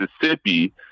Mississippi